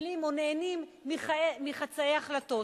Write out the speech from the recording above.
כשמקבלים או נהנים מחצאי החלטות.